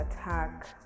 attack